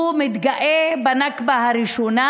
הוא מתגאה בנכבה הראשונה,